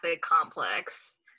complex